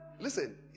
Listen